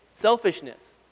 selfishness